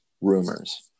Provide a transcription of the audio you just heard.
rumors